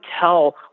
tell